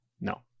No